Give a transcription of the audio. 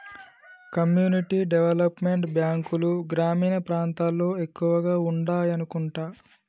community development బ్యాంకులు గ్రామీణ ప్రాంతాల్లో ఎక్కువగా ఉండాయనుకుంటా